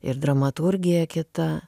ir dramaturgija kita